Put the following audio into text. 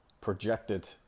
projected